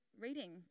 reading